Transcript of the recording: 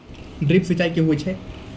Drip सिंचाई कि होय छै?